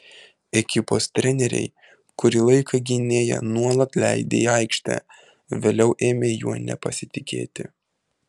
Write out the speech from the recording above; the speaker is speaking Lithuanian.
ekipos treneriai kurį laiką gynėją nuolat leidę į aikštę vėliau ėmė juo nepasitikėti